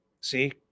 see